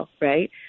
right